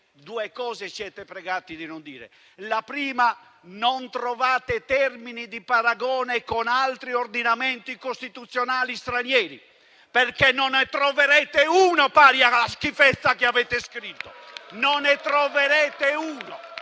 però siete pregati di non dire due cose. In primo luogo non trovate termini di paragone con altri ordinamenti costituzionali stranieri perché non ne troverete uno pari alla schifezza che avete scritto! Non ne troverete uno.